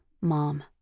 Mom